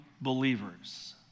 believers